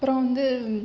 அப்புறம் வந்து